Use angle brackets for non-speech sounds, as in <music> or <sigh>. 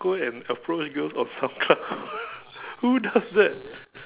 go and approach girls on soundcloud <laughs> who does that